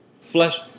Flesh